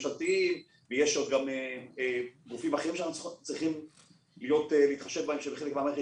ממשלתיים ויש עוד גופים אחרים שצריך להתחשב בהם והם חלק מן המערכת.